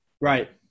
Right